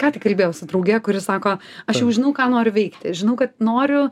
ką tik kalbėjau su drauge kuri sako aš jau žinau ką noriu veikti žinau kad noriu